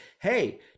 Hey